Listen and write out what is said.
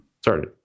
Started